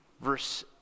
Verse